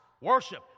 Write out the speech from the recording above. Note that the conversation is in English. Worship